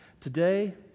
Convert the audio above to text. Today